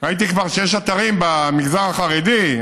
ראיתי כבר שיש אתרים במגזר החרדי,